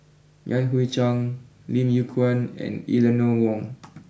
Yan Hui Chang Lim Yew Kuan and Eleanor Wong